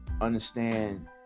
Understand